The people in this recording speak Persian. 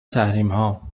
تحریمها